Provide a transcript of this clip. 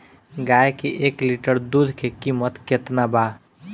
गाए के एक लीटर दूध के कीमत केतना बा?